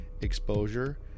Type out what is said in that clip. exposure